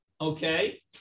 Okay